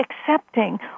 accepting